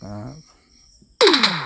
অ্যাঁ